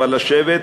אבל לשבת,